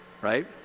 right